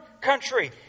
country